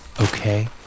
okay